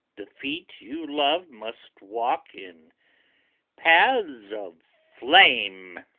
the feet you love must walk in paths of flame!